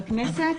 לכנסת,